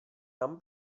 tam